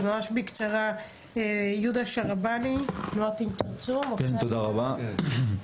יהודה שרבאני, תנועת אם תרצו, בבקשה.